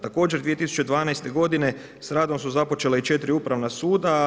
Također 2012. godine s radom su započele i 4 upravna suda.